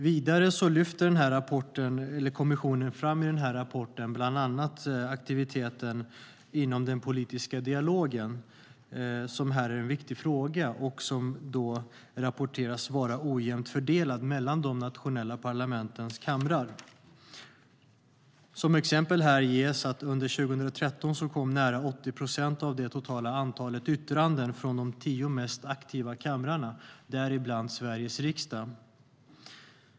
Vidare lyfte kommissionen fram bland annat aktiviteten inom den politiska dialogen, som här är en viktig fråga och som rapporteras vara ojämnt fördelad mellan de nationella parlamentens kamrar. Som exempel ges att nära 80 procent av det totala antalet yttranden under 2013 kom från de tio mest aktiva kamrarna, däribland Sveriges riksdag.